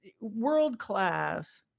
world-class